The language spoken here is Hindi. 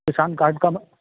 किसान कार्ड का